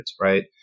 right